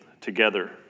together